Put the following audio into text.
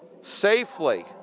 safely